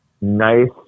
Nice